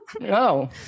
No